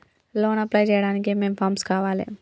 Loan apply చేయడానికి ఏం ఏం ఫామ్స్ కావాలే?